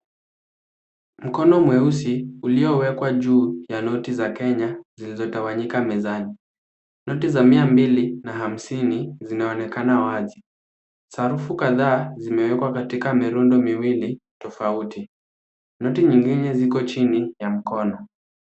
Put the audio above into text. Mkono mweusi uliowekwa juu ya noti za Kenya zilizotawanyika mezani. Noti za mia mbili na hamsini zinaonekana wazi. Sarufu kadhaa zimewekwa katika mirundo miwili tofauti. Noti nyingine ziko chini ya mkono.